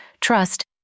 trust